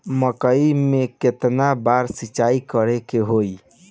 मकई में केतना बार सिंचाई करे के होई?